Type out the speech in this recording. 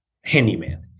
handyman